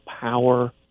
power